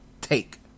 take